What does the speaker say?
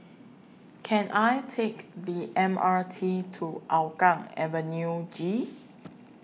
Can I Take The M R T to Hougang Avenue G